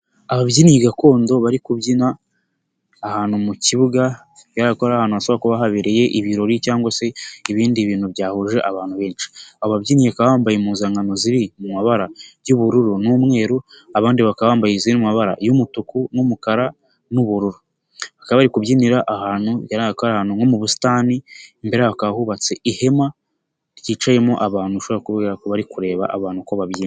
Ababyinnyi gakondo bari kubyina ahantu mu kibuga bigaragarako ari ahantu gashobora kuba habereye ibirori cyangwa se ibindi bintu byahuje abantu benshi, ababyinnyi bakaba bambaye impuzankano ziri mu mabara y'ubururu n'umweru, abandi bakaba bambaye iziri mu mabara y'umutuku n'umukara n'ubururu, bakaba bari kubyinira ahantu bigaragarako ari ahantu nko mu busitani imbere yaho hakaba hubatse ihema, ryicayemo abantu bishobora kuba bigaragarako bari kureba abantu uko babyina.